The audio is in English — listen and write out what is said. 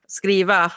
skriva